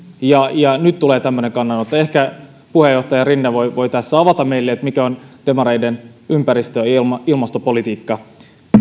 ja ja nyt tulee tämmöinen kannanotto ehkä puheenjohtaja rinne voi tässä avata meille mikä on demareiden ympäristö ja ilmastopolitiikka